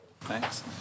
Thanks